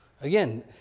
Again